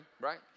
right